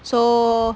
so